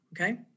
Okay